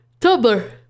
Tumblr